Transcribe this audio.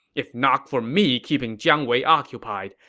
if not for me keeping jiang wei occupied,